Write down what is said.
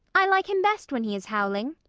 i like him best when he is howling.